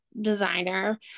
designer